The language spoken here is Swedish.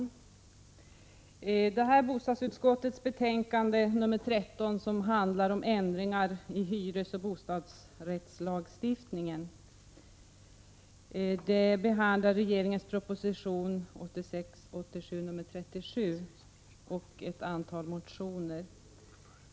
Fru talman! I bostadsutskottets betänkande nr 13 om ändringar i hyresoch bostadsrättslagstiftningen behandlas regeringens proposition 1986/87:37 samt ett antal motioner.